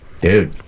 Dude